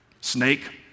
snake